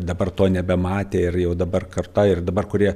dabar to nebematė ir jau dabar karta ir dabar kurie